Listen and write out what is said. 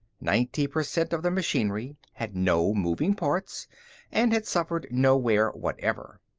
ninety per cent of the machinery had no moving parts and had suffered no wear whatever.